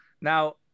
Now